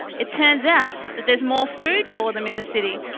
it turns out that there is more food for them in the city,